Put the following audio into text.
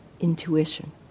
intuition